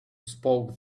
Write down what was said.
spoke